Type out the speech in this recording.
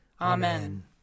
Amen